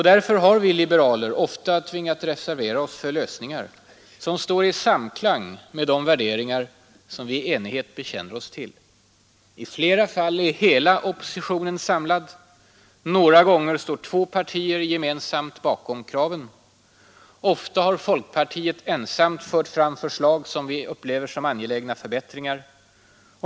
Därför har vi liberaler ofta tvingats reservera oss för lösningar, som står i samklang med de värderingar som vi i enighet bekänner oss till. I flera fall är hela oppositionen samlad. Några gånger står två partier gemensamt bakom kraven. Ofta har folkpartiet ensamt fört fram förslag som vi upplever som angelägna förbättringar.